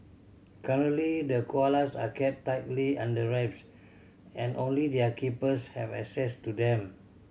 currently the koalas are kept tightly under wraps and only their keepers have access to them